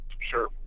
Sure